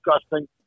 disgusting